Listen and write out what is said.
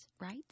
right